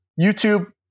YouTube